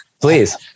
Please